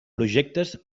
projectes